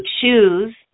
choose